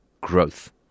growth